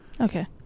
Okay